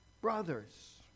Brothers